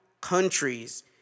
countries